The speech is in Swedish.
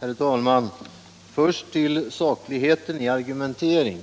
Herr talman! När det gäller sakligheten i argumenteringen